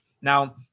now